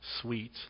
sweet